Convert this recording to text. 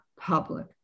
public